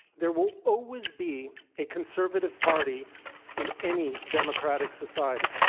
there will always be a conservative party in any democratic society.